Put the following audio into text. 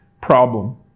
problem